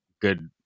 good